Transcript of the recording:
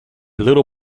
little